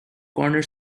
corner